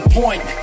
point